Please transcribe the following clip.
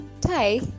Thai